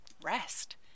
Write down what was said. rest